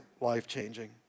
life-changing